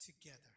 together